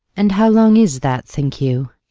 and how long is that think you?